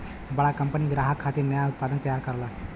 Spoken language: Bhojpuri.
बड़ा कंपनी ग्राहक खातिर नया उत्पाद तैयार करलन